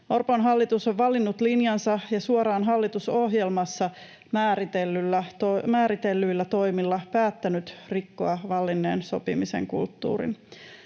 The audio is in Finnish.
Orpon hallitus on valinnut linjansa ja suoraan hallitusohjelmassa määritellyillä toimilla päättänyt rikkoa vallinneen sopimisen kulttuurin.